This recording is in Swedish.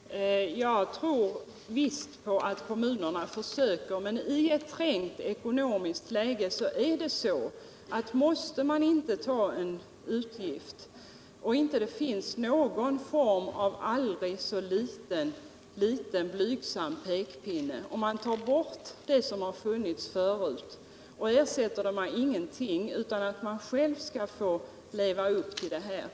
Herr talman! Jag tror visst att kommunerna försöker. Men är man i ett trängt ekonomiskt lige inte tvungen att ta en utgift och finns det inte någon form av blygsam pekpinne — och tas vad som funnits förut bort utan att det lämnas någon ersättning — då blir resultatet i många kommuner tyvärr negativt.